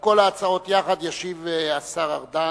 על כל ההצעות יחד ישיב השר ארדן,